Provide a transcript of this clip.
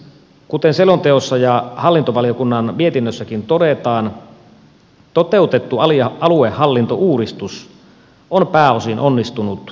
kuten selonteossa ja hallintovaliokunnan mietinnössäkin todetaan toteutettu aluehallintouudistus on pääosin onnistunut hyvin